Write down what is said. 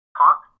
talk